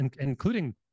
including